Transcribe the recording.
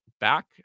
back